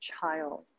child